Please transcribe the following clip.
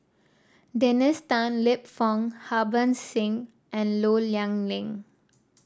Dennis Tan Lip Fong Harbans Singh and Low Yen Ling